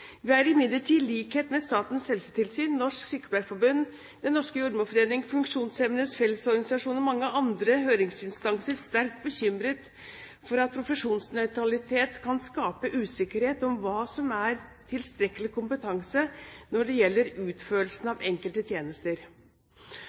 i likhet med Statens helsetilsyn, Norsk Sykepleierforbund, Den norske jordmorforening, Funksjonshemmedes Fellesorganisasjon og mange andre høringsinstanser sterkt bekymret for at profesjonsnøytralitet kan skape usikkerhet om hva som er tilstrekkelig kompetanse når det gjelder utførelsen